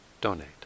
donate